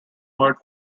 word